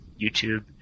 youtube